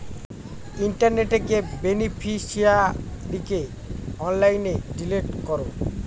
ইন্টারনেটে গিয়ে বেনিফিশিয়ারিকে অনলাইনে ডিলিট করো